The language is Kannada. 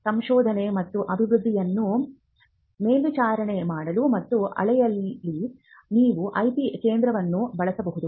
ಸಂಶೋಧನೆ ಮತ್ತು ಅಭಿವೃದ್ಧಿಯನ್ನು ಮೇಲ್ವಿಚಾರಣೆ ಮಾಡಲು ಮತ್ತು ಅಳೆಯಲು ನೀವು ಐಪಿ ಕೇಂದ್ರವನ್ನು ಬಳಸಬಹುದು